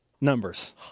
numbers